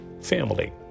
family